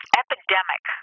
epidemic